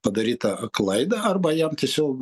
padarytą klaidą arba jam tiesiog